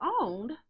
owned